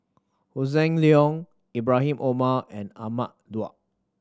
Hossan Leong Ibrahim Omar and Ahmad Daud